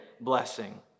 blessing